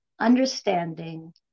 understanding